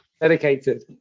dedicated